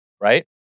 right